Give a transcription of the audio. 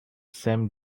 same